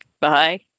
Bye